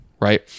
Right